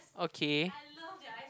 okay